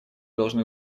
должны